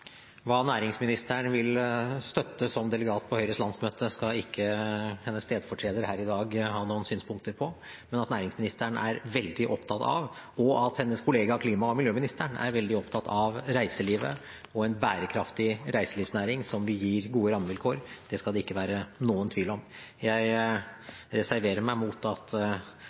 Hva næringsministeren vil støtte som delegat på Høyres landsmøte, skal ikke hennes stedfortreder her i dag ha noen synspunkter på. Men at næringsministeren – og hennes kollega klima- og miljøministeren – er veldig opptatt av reiselivet og en bærekraftig reiselivsnæring som vil gi gode rammevilkår, det skal det ikke være noen tvil om. Jeg reserverer meg mot at